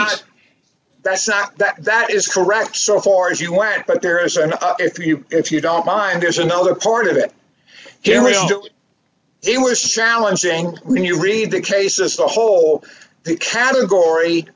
not that that is correct so far as you want but there is an if you if you don't mind there's another part of it it was challenging when you read the cases the whole category